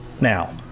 Now